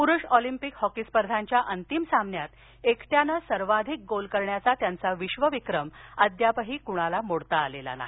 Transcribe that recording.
परुष Olympic hockey स्पर्धांच्या अंतिम सामन्यात एकट्याने सर्वाधिक गोल करण्याचा त्यांचा विधविक्रम अद्यापही कोणाला मोडता आलेला नाही